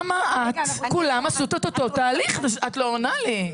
למה את, כולם עשו את אותו תהליך, את לא עונה לי.